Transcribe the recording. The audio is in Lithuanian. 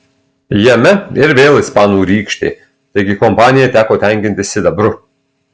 jame ir vėl ispanų rykštė taigi kompanijai teko tenkintis sidabru